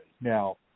Now